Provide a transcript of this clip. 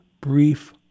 brief